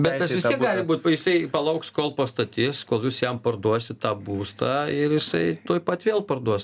bet tas vis tiek gali būt jisai palauks kol pastatys kol jūs jam parduosit tą būstą ir jisai tuoj pat vėl parduos